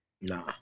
Nah